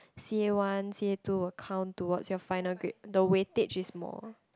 c_a one c_a two will count towards your final grade the weightage is more